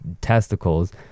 testicles